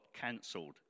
cancelled